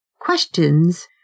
questions